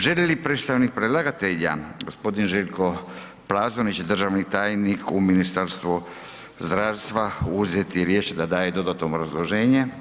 Želi li predstavnik predlagatelja, gospodin Željko Plazonić, državni tajnik u Ministarstvu zdravstva uzeti riječ da daje dodatno obrazloženje?